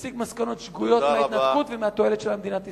מסיק מסקנות שגויות מההתנתקות ומהתועלת שלה למדינת ישראל.